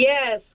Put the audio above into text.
Yes